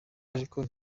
ariko